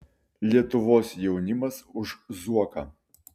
lietuvos jaunimas už zuoką